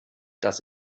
dass